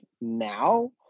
now